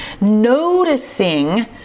Noticing